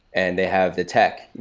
and they have the tech,